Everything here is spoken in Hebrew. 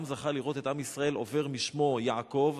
גם זכה לראות את עם ישראל עובר משמו יעקב: